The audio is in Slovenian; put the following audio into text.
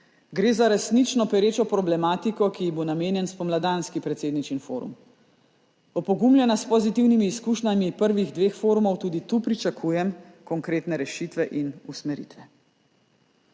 Gre za resnično perečo problematiko, ki ji bo namenjen spomladanski Predsedničin forum. Opogumljena s pozitivnimi izkušnjami prvih dveh forumov tudi tu pričakujem konkretne rešitve in usmeritve.